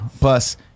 Plus